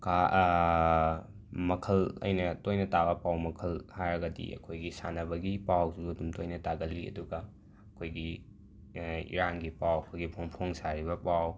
ꯃꯈꯜ ꯑꯩꯅ ꯇꯣꯏꯅ ꯇꯥꯕ ꯄꯥꯎ ꯃꯈꯜ ꯍꯥꯏꯔꯒꯗꯤ ꯑꯩꯈꯣꯏꯒꯤ ꯁꯥꯟꯅꯕꯒꯤ ꯄꯥꯎꯁꯨ ꯑꯗꯨꯝ ꯇꯣꯏꯅ ꯇꯥꯒꯜꯂꯤ ꯑꯗꯨꯒ ꯑꯩꯈꯣꯏꯒꯤ ꯏꯔꯥꯡꯒꯤ ꯄꯥꯎ ꯑꯩꯈꯣꯏꯒꯤ ꯐꯣꯡ ꯐꯣꯡ ꯁꯥꯔꯤꯕ ꯄꯥꯎ